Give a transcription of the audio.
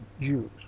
Jews